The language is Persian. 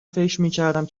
فکرمیکردم